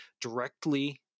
directly